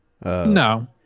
No